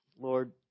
Lord